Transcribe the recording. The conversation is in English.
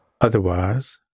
otherwise